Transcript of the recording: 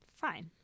Fine